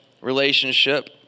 relationship